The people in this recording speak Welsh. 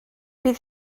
bydd